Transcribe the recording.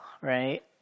right